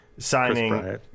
Signing